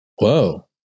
whoa